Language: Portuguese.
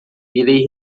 irei